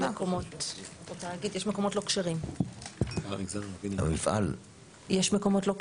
יש מקומות בתאגיד, יש מקומות לא כשרים.